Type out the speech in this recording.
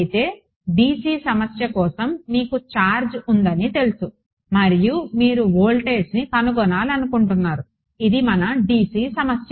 అయితే dc సమస్య కోసం మీకు ఛార్జ్ ఉందని తెలుసు మరియు మీరు వోల్టేజ్ని కనుగొనాలనుకుంటున్నారు ఇది మన dc సమస్య